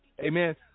Amen